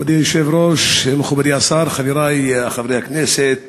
כבוד היושב-ראש, מכובדי השר, חברי חברי הכנסת,